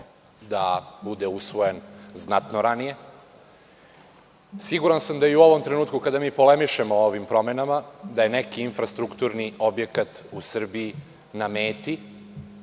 da bude usvojen znatno ranije. Siguran sam da i u ovom trenutku, kada mi polemišemo o ovim promenama, da je neki infrastrukturni objekat u Srbiji na meti.